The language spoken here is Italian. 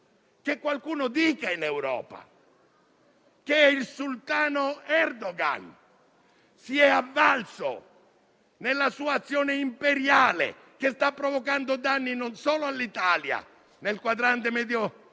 che qualcuno dica in Europa che il sultano Erdogan si è avvalso nella sua azione imperiale - che sta provocando danni non solo all'Italia nel quadrante del